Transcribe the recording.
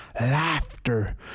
laughter